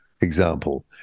example